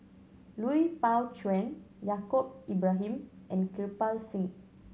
Lui Pao Chuen Yaacob Ibrahim and Kirpal Singh